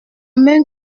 main